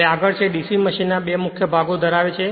હવે આગળ છે DC મશીન બે મુખ્ય ભાગો ધરાવે છે